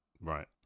Right